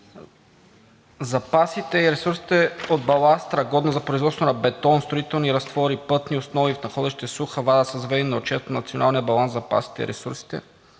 запасите и ресурсите от баластра, годна за производство на бетон, строителни разтвори, пътни основи в находище „Суха вада“ са заведени на отчет на Националния баланс запасите и ресурсите